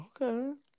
Okay